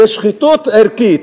זאת שחיתות ערכית,